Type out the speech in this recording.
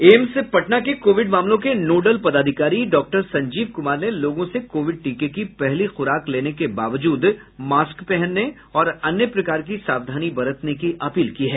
AIIMS Patna covid कोविड मामलों के नोडल पदाधिकारी डॉक्टर संजीव कुमार ने लोगों से कोविड टीके की पहली खुराक लेने के बावजूद मास्क पहनने और अन्य प्रकार की सावधानी बरतने की अपील की है